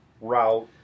route